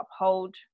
uphold